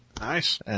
Nice